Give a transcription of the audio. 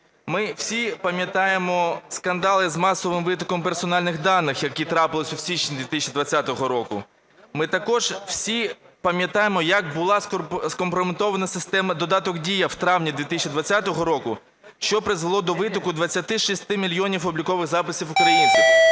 Ми всі пам'ятаємо скандали з масовим витоком персональних даних, які трапилися в січні 2020 року. Ми також усі пам'ятаємо, як була скомпрометована система додаток "Дія" в травні 2020 року, що призвело до витоку 26 мільйонів облікових записів українців.